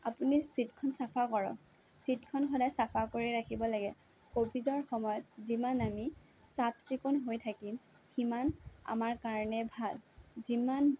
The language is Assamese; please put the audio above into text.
আপুনি ছিটখন চাফা কৰক ছিটখন সদাই চাফা কৰি ৰাখিব লাগে ক'ভিডৰ সময়ত যিমান আমি চাফ চিকুণ হৈ থাকিম সিমান আমাৰ কাৰণে ভাল যিমান